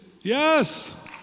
Yes